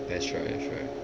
that's right that's right